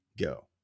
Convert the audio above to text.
go